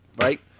Right